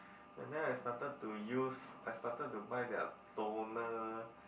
and then I started to use I started to buy their toner